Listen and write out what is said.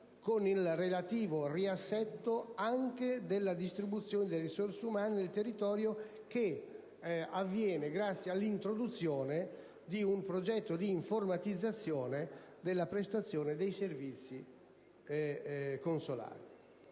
con il relativo riassetto della distribuzione delle risorse umane nel territorio, che avviene grazie all'introduzione di un progetto di informatizzazione della prestazione dei servizi consolari.